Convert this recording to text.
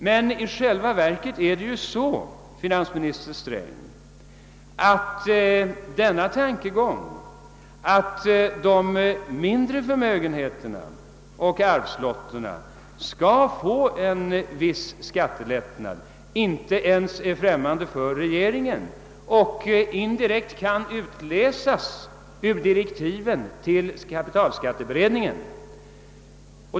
Men i realiteten är det ju så, finansminister Sträng, att denna tankegång att de mindre förmögenheterna och arvslotterna skall bli föremål för en viss skattelättnad inte är främmande ens för regeringen, och indirekt kan den utläsas ur direktiven till kapitalskatteutredningen.